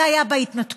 זה היה בהתנתקות,